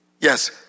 Yes